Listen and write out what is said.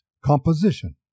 composition